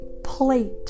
plate